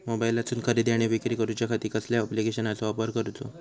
मोबाईलातसून खरेदी आणि विक्री करूच्या खाती कसल्या ॲप्लिकेशनाचो वापर करूचो?